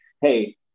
hey